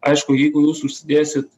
aišku jeigu jūs užsidėsit